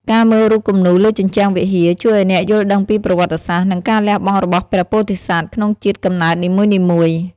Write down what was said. ការមើលរូបគំនូរលើជញ្ជាំងវិហារ ជួយឱ្យអ្នកយល់ដឹងពីប្រវត្តិសាស្ត្រ និងការលះបង់របស់ព្រះពោធិសត្វក្នុងជាតិកំណើតនីមួយៗ។